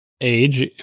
age